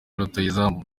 rutahizamu